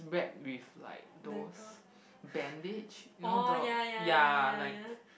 is wrapped with like those bandage you know the yeah like